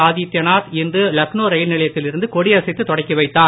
ஆதித்யநாத் இன்று லக்னோ ரயில்நிலையத்தில் இருந்து கொடியசைத்துத் தொடக்கிவைத்தார்